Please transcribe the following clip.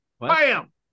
Bam